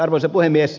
arvoisa puhemies